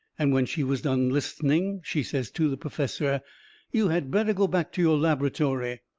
and when she was done listening she says to the perfessor you had better go back to your laboratory.